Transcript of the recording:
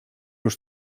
już